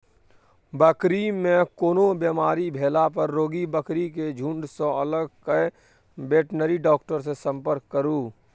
बकरी मे कोनो बेमारी भेला पर रोगी बकरी केँ झुँड सँ अलग कए बेटनरी डाक्टर सँ संपर्क करु